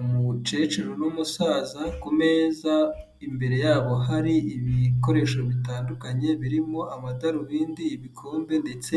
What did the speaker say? Umucecuru n'umusaza ku meza, imbere yabo hari ibikoresho bitandukany, birimo amadarubindi, ibikombe, ndetse